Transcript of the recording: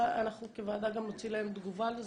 אנחנו כוועדה גם נוציא להם תגובה על זה.